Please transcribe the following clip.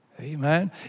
Amen